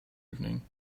evening